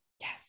Yes